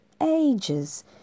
ages